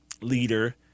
leader